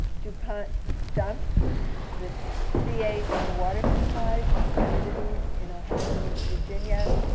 dupont dumped the c eight in the water supplies in communities in ohio and west virginia.